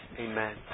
Amen